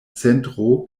centro